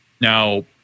Now